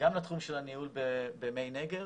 וגם לתחום של הניהול במי נגר,